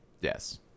Yes